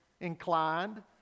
inclined